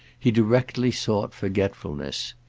he directly sought forgetfulness.